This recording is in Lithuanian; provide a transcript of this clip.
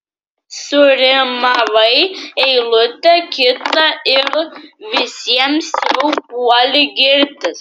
surimavai eilutę kitą ir visiems jau puoli girtis